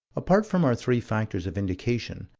apart from our three factors of indication,